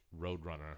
roadrunner